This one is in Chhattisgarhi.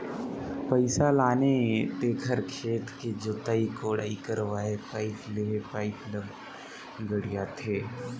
पइसा लाने तेखर खेत के जोताई कोड़ाई करवायें पाइप लेहे पाइप ल गड़ियाथे